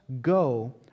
go